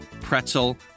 pretzel